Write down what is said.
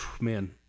man